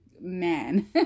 man